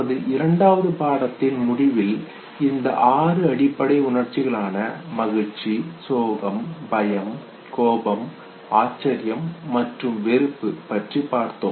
நமது இரண்டாவது பாடத்தின் முடிவில் இந்த ஆறு அடிப்படை உணர்ச்சிகளான மகிழ்ச்சி சோகம் பயம் கோபம் ஆச்சரியம் மற்றும் வெறுப்பு பற்றி பார்த்தோம்